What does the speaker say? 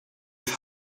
have